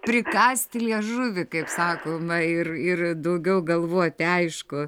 prikąsti liežuvį kaip sakoma ir ir daugiau galvoti aišku